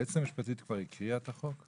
היועצת המשפטית כבר הקריאה את הצעת החוק?